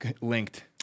linked